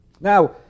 Now